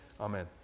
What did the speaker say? amen